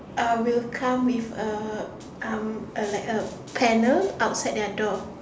uh will come with a um a like a panel outside their door